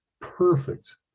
perfect